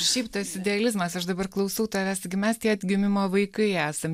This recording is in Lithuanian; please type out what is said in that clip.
šiaip tas idealizmas aš dabar klausau tavęs taigi mes tie atgimimo vaikai esam